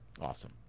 Awesome